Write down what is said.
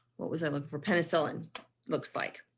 what was i looking for penicillin looks like